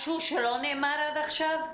משהו שלא נאמר עד עכשיו?